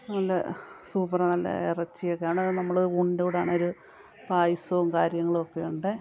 നല്ല സൂപ്പറാ നല്ല ഇറച്ചിയക്കാണ് നമ്മൾ ഊണിൻ്റെ കൂടെ ആണേലും പായസോം കാര്യങ്ങളും ഒക്കെയുണ്ട്